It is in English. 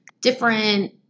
different